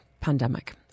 pandemic